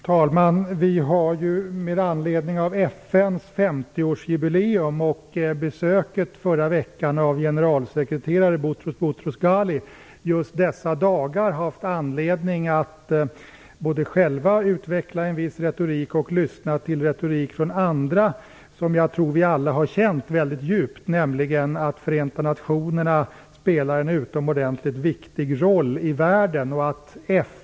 Fru talman! Mot bakgrund av FN:s 50-årsjubileum och besöket i förra veckan av generalsekreterare Boutros Boutros-Ghali har vi just i dessa dagar haft anledning att själva utveckla en viss retorik och att lyssna till retorik från andra. Jag tror att vi alla har känt väldigt djupt att Förenta nationerna spelar en utomordentligt viktig roll i världen.